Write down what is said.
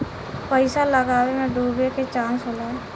पइसा लगावे मे डूबे के चांस होला